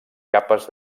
capes